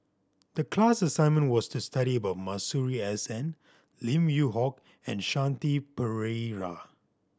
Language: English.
the class assignment was to study about Masuri S N Lim Yew Hock and Shanti Pereira